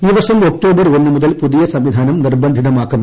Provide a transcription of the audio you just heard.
ഈ വർഷം ഒക്ടോബർ ഒന്നു മുതൽ പുതിയ സംവിധാനം നിർബന്ധിതമാക്കും